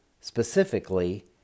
Specifically